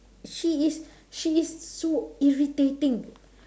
she is she is so irritating